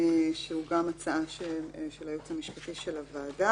והוא גם הצעה של הייעוץ המשפטי של הוועדה